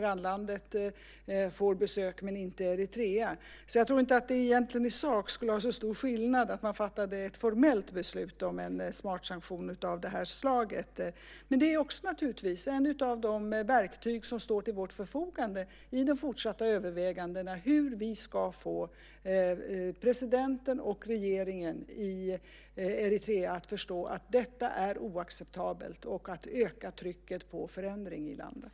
Grannlandet Etiopien får besök, men inte Eritrea. Jag tror alltså inte att det i sak skulle innebära så stor skillnad om man fattar ett formellt beslut om en smart sanktion av det här slaget. Men detta är naturligtvis ett av de verktyg som står till vårt förfogande i de fortsatta övervägandena av hur vi ska få presidenten och regeringen i Eritrea att förstå att detta är oacceptabelt. Man måste öka trycket på förändring i landet.